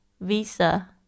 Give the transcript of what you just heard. Visa